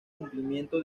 cumplimiento